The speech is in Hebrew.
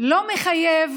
לא מחייב